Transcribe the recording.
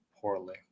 poorly